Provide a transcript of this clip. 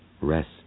Rest